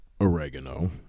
oregano